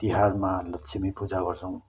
तिहारमा लक्ष्मी पूजा गर्छौँ